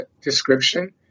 description